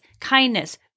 kindness